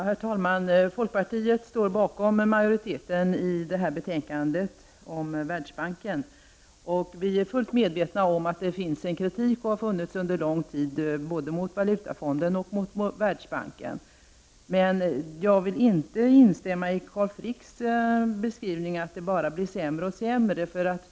Herr talman! Folkpartiet står bakom majoritetens skrivning i det här betänkandet om Världsbanken. Vi är fullt medvetna om att det under en lång tid har funnits, och finns, kritik mot både Valutafonden och Världsbanken, men jag kan inte instämma i Carl Fricks beskrivning att det bara blir sämre och sämre.